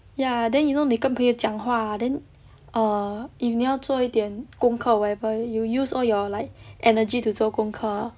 ya then you know 你跟朋友讲话 then err if 你要做一点功课 whatever you use all your like energy to 做功课